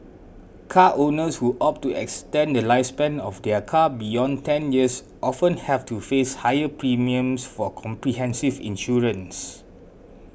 car owners who opt to extend the lifespan of their car beyond ten years often have to face higher premiums for comprehensive insurance